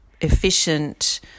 efficient